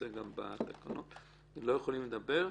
הם לא יכולים לדבר.